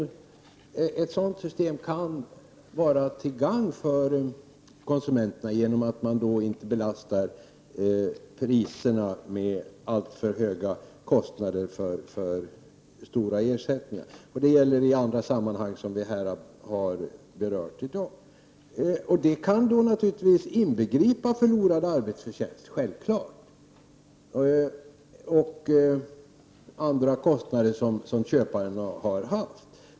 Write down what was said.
Ett sådant system kan vara till gagn för konsumenterna genom att man inte belastar priserna med alltför höga kostnader för stora ersättningar. Det gäller även i andra sammanhang som vi har berört i dag. Detta kan självfallet inbegripa förlorad arbetsförtjänst och andra kostnader som köparen har haft.